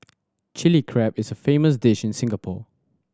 Chilli Crab is a famous dish in Singapore